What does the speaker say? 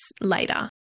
later